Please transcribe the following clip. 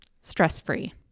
stress-free